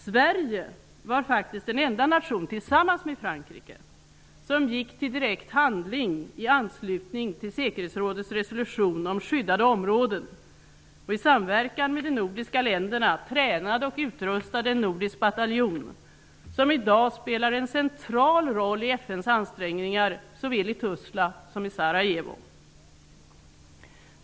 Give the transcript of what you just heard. Sverige var, tillsammans med Frankrike, den enda nation som gick till direkt handling i anslutning till säkerhetsrådets resolution om skyddade områden. I samverkan med de övriga nordiska länderna tränade och utrustade Sverige en nordisk bataljon som i dag spelar en central roll i FN:s ansträngningar, såväl i Tuzla som i Sarajevo.